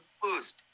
first